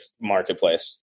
marketplace